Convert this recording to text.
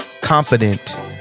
confident